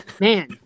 Man